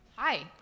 Hi